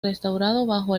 bajo